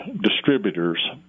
distributors